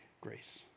grace